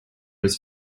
his